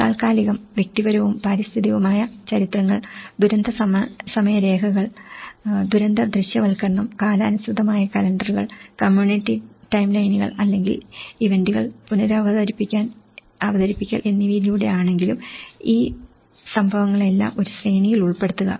താൽക്കാലികം വ്യക്തിപരവും പാരിസ്ഥിതികവുമായ ചരിത്രങ്ങൾ ദുരന്ത സമയരേഖകൾ ദുരന്ത ദൃശ്യവൽക്കരണം കാലാനുസൃതമായ കലണ്ടറുകൾ കമ്മ്യൂണിറ്റി ടൈംലൈനുകൾ അല്ലെങ്കിൽ ഇവന്റുകൾ പുനരവതരിപ്പിക്കൽ എന്നിവയിലൂടെയാണെങ്കിലും ഈ സംഭവങ്ങളെല്ലാം ഒരു ശ്രേണിയിൽ ഉൾപ്പെടുത്തുക